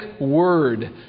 word